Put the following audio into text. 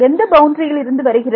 எந்த பவுண்டரியில் இருந்து வருகிறது